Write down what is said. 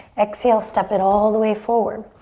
exhale, step it all the way forward.